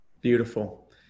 Beautiful